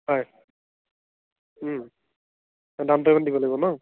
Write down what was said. হয় down payment দিব লাগিব ন